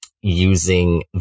using